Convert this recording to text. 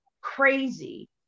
crazy